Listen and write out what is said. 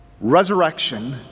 Resurrection